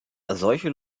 solche